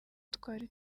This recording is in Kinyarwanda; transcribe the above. twari